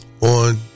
on